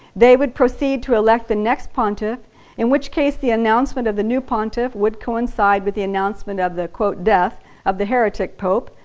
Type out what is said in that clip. they would proceed to elect the next pontiff in which case the announcement of the new pontiff would coincide with the announcement of the death of the heretic pope,